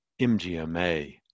MGMA